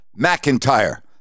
McIntyre